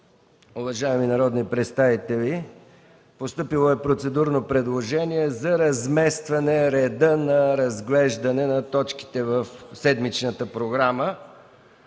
Уважаеми народни представители, постъпило е процедурно предложение за разместване на реда на разглеждане на точките в седмичната програма.